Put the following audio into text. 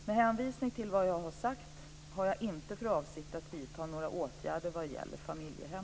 Med hänvisning till vad jag sagt har jag inte för avsikt att vidta några åtgärder vad gäller familjehem.